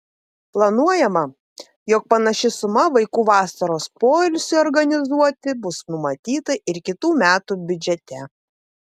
planuojama jog panaši suma vaikų vasaros poilsiui organizuoti bus numatyta ir kitų metų biudžete